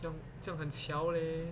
这样这样很巧 leh